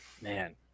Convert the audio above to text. Man